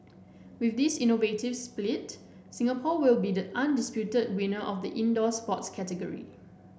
with this innovative split Singapore will be the undisputed winner of the indoor sports category